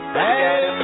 hey